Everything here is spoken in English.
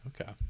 okay